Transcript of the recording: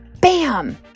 bam